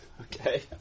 okay